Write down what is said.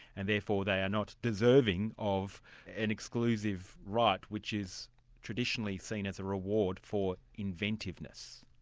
and therefore they are not deserving of an exclusive right, which is traditionally seen as a reward for inventiveness.